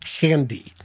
handy